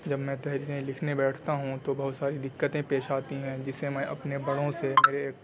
جب میں تحریریں لکھنے بیٹھتا ہوں تو بہت ساری دقتیں پیش آتی ہیں جسے میں اپنے بڑوں سے میرے ایک